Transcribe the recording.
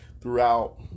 throughout